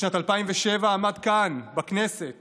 בשנת 2007 עמד כאן בכנסת